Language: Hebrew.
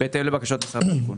בהתאם לבקשת משרד השיכון.